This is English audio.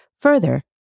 Further